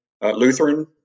Lutheran